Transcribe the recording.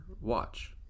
watch